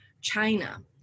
China